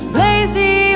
lazy